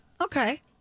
okay